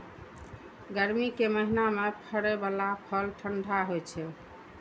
गर्मी के महीना मे फड़ै बला फल ठंढा होइ छै